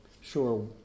sure